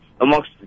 amongst